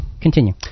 Continue